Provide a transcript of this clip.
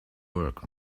work